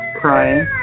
crying